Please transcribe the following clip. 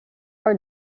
are